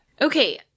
okay